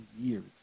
years